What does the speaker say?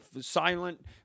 silent